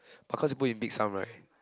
but cause you put in big sum right